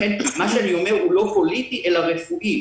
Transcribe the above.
לכן מה שאני אומר הוא לא פוליטי אלא רפואי.